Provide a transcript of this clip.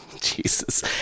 Jesus